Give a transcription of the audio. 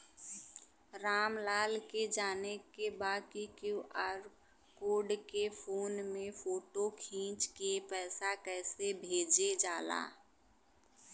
राम लाल के जाने के बा की क्यू.आर कोड के फोन में फोटो खींच के पैसा कैसे भेजे जाला?